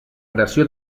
creació